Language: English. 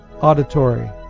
auditory